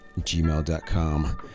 Gmail.com